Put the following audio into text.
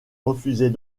refusait